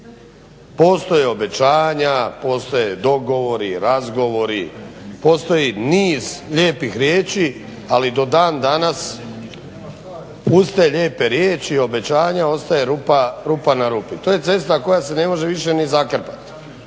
Postoje obećanja, postoje dogovori, razgovori, postoji niz lijepih riječi ali do dan danas uz te lijepe riječi i obećanja ostaje rupa na rupi. To je cesta koja se ne može više ni zakrpati,